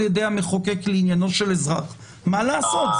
ידי המחוקק לעניינו של אזרח מה לעשות,